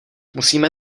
musíme